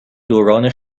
دوران